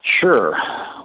Sure